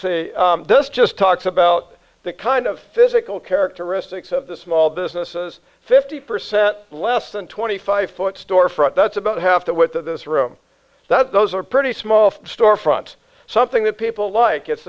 say this just talks about the kind of physical characteristics of the small businesses fifty percent less than twenty five foot storefront that's about half the width of this room that those are pretty small storefront something that people like it's